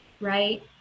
right